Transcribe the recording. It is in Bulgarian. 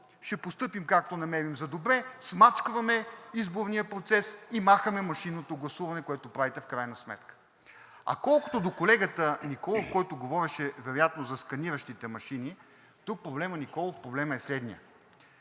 ще постъпим както намерим за добре, смачкваме изборния процес и махаме машинното гласуване, което правите в крайна сметка. Колкото до колегата Николов, който говореше вероятно за сканиращите машини. Колега Николов, тук проблемът е следният.